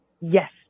Yes